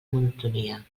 monotonia